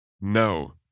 No